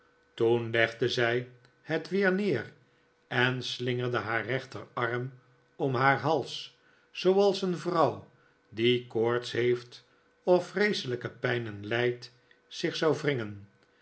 toen legde zij het weer neer en slingerde haar rechterarm om haar hals zooals een vrouw die koorts heeft of vreeselijke pijnen lijdt zich zou wringen